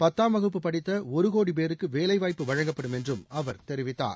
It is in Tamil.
பத்தாம் வகுப்பு படித்த ஒரு கோடி பேருக்கு வேலை வாய்ப்பு வழங்கப்படும் என்றும் அவர் தெரிவித்தார்